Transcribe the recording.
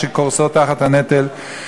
שקורסות תחת הנטל,